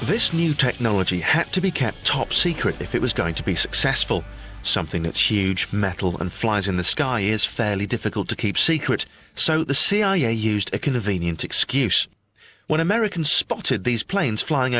this this new technology had to be kept top secret if it was going to be successful something that's huge metal and flies in the sky is fairly difficult to keep secret so the cia used a convenient excuse when american spotted these planes flying